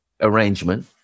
arrangement